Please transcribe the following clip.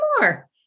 more